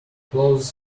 clothes